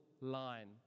line